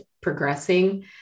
progressing